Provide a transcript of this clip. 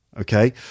Okay